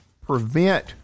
prevent